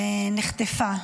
ונחטפה.